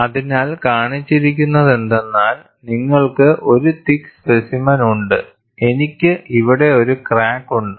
അതിനാൽ കാണിച്ചിരിക്കുന്നതെന്തെന്നാൽ നിങ്ങൾക്ക് ഒരു തിക്ക് സ്പെസിമെൻ ഉണ്ട് എനിക്ക് ഇവിടെ ഒരു ക്രാക്ക് ഉണ്ട്